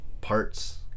parts